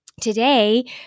Today